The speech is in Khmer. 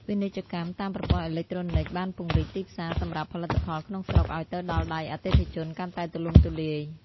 ពាណិជ្ជកម្មតាមប្រព័ន្ធអេឡិចត្រូនិកបានពង្រីកទីផ្សារសម្រាប់ផលិតផលក្នុងស្រុកឱ្យទៅដល់ដៃអតិថិជនកាន់តែទូលំទូលាយ។